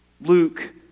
Luke